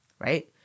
right